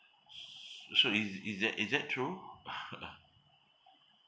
s~ so is is that is that true